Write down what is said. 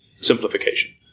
simplification